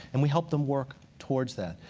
and we help them work towards that.